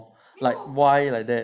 like why like that